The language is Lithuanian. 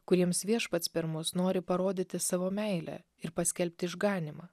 kuriems viešpats per mus nori parodyti savo meilę ir paskelbti išganymą